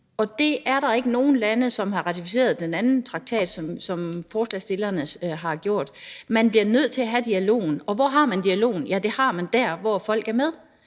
Og der er der ikke nogen lande, som har ratificeret den anden traktat, der har gjort. Man bliver nødt til at have dialogen, og hvor har man dialogen? Ja, det har man der, hvor folk er med.